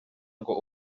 ngo